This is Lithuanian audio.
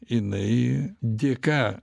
jinai dėka